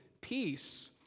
peace